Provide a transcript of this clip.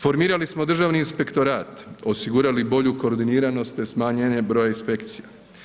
Formirali smo Državni inspektorat, osigurali bolju koordiniranost te smanjenje broja inspekcija.